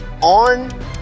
on